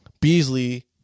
Beasley